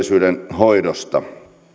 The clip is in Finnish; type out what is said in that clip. hoidosta